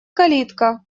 калитка